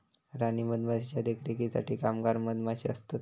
राणी मधमाशीच्या देखरेखीसाठी कामगार मधमाशे असतत